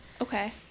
Okay